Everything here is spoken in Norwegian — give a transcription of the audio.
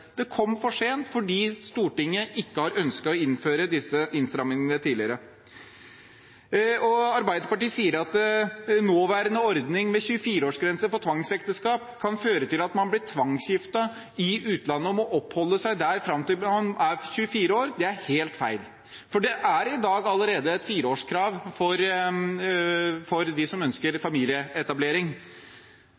Det kom for sent fordi Stortinget ikke har ønsket å innføre disse innstramningene tidligere. Arbeiderpartiet sier at nåværende ordning med 24-årsgrense for tvangsekteskap kan føre til at man blir tvangsgiftet i utlandet og må oppholde seg der fram til man er 24 år. Det er helt feil. For det er i dag allerede et fireårskrav for dem som ønsker